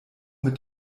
mit